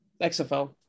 XFL